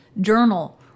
journal